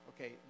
Okay